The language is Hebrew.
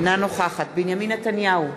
אינה נוכחת בנימין נתניהו,